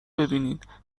ببینینبازم